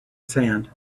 sand